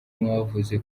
mwavuze